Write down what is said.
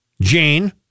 Jane